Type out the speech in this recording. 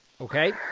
Okay